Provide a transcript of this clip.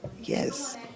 Yes